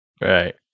Right